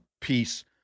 peace